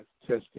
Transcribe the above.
Testing